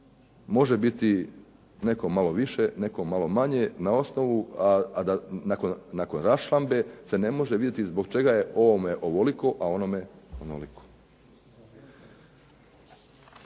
može biti netko malo više, neko malo manje na osnovu, a nakon raščlambe se ne može vidjeti zbog čega je ovome ovoliki, a onome onoliko.